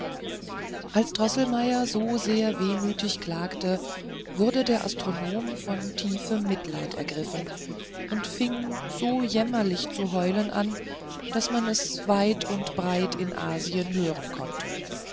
als droßelmeier so sehr wehmütig klagte wurde der astronom von tiefem mitleiden ergriffen und fing so jämmerlich zu heulen an daß man es weit und breit in asien hören konnte